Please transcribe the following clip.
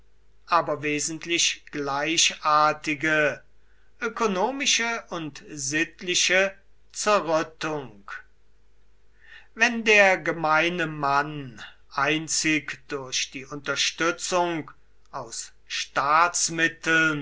aber wesentlich gleichartige ökonomische und sittliche zerrüttung wenn der gemeine mann einzig durch die unterstützung aus